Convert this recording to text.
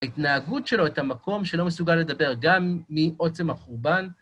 ההתנהגות שלו, את המקום, שלא מסוגל לדבר גם מעוצם החורבן.